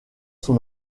son